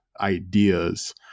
ideas